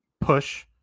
push